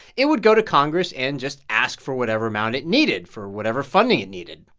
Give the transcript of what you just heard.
it would go to congress and just ask for whatever amount it needed for whatever funding it needed.